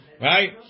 Right